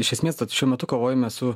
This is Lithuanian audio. iš esmės tad šiuo metu kovojame su